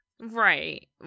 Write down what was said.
Right